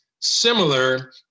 similar